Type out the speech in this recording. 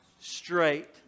straight